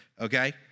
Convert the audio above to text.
okay